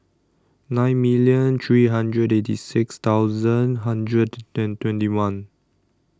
nine million three hundred eighty six thousand hundred twenty one